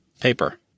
paper